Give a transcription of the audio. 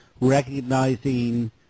recognizing